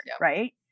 right